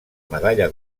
medalla